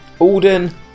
Alden